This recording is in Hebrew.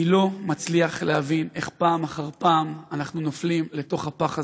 אני לא מצליח להבין איך פעם אחר פעם אנחנו נופלים לתוך הפח הזה.